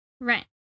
Right